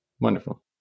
Wonderful